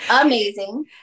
Amazing